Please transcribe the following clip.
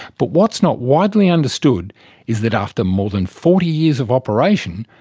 but what's not widely understood is that after more than forty years of operation,